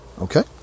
okay